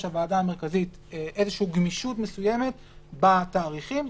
הוועדה המרכזית גמישות מסוימת בתאריכים,